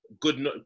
good